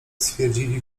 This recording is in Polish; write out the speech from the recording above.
stwierdzili